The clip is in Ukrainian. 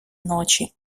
ночі